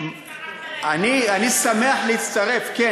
אני שמחה שהצטרפת לעקרונות שלנו.